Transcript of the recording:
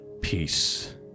peace